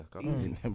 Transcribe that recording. Easy